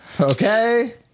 Okay